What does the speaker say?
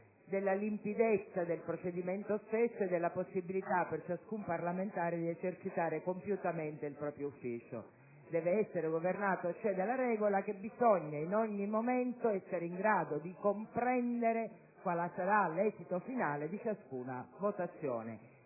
della limpidezza del procedimento stesso e della possibilità per ciascun parlamentare di esercitare compiutamente il proprio ufficio: deve essere governato cioè dalla regola che bisogna, in ogni momento, essere in grado di comprendere quale sarà l'esito finale di ciascuna votazione,